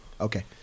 Okay